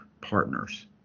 partners